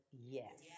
yes